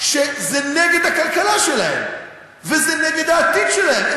שזה נגד הכלכלה שלהם וזה נגד העתיד שלהם.